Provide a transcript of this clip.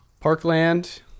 Parkland